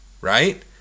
right